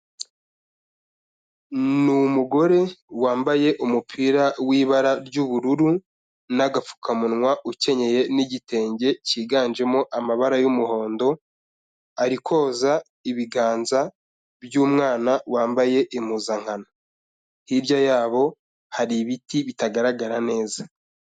Ni umugore wambaye umupira w'ibara ry'ubururu n'agapfukamunwa ukenyeye n'igitenge cyiganjemo amabara y'umuhondo, ari koza ibiganza by'umwana wambaye impuzankano, hirya yabo hari ibiti bitagaragara neza.